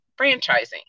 franchising